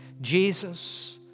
Jesus